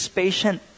patient